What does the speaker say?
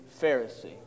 Pharisee